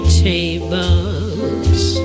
tables